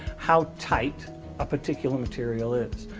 how tight a particular material is.